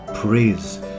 Praise